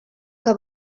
que